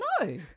No